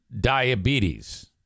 diabetes